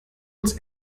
uns